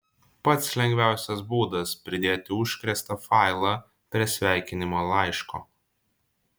pats lengviausias būdas pridėti užkrėstą failą prie sveikinimo laiško